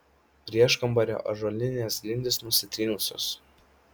prieškambario ąžuolinės grindys nusitrynusios